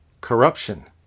corruption